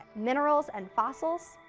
minerals, and fossils,